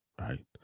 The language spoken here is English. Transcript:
right